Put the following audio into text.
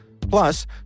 Plus